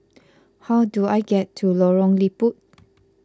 how do I get to Lorong Liput